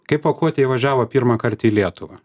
kaip pakuotė įvažiavo pirmąkart į lietuvą